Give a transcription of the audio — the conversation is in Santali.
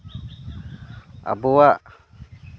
ᱟᱵᱚᱣᱟᱜ